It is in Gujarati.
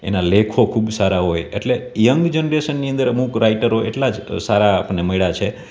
એના લેખો ખૂબ સારા હોય એટલે યંગ જનરેશનની અંદર અમુક રાઇટરો એટલા જ સારા આપણને મળ્યાં છે